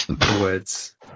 Words